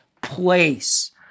place